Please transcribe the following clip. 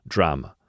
Drama